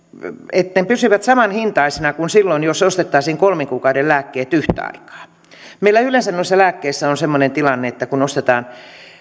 ne pysyvät samanhintaisina kuin silloin jos ostettaisiin kolmen kuukauden lääkkeet yhtä aikaa meillä yleensä noissa lääkkeissä on semmoinen tilanne että kun ostetaan